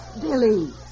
Billy